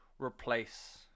replace